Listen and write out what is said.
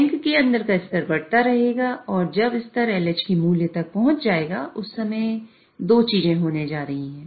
tank के अंदर का स्तर बढ़ता रहेगा और जब स्तर LH के मूल्य तक पहुंच जाएगा उस समय दो चीजें होने जा रही हैं